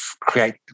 create